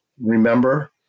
remember